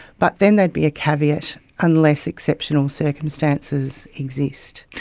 but then there'd be a caveat unless exceptional circumstances exist.